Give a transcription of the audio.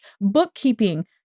bookkeeping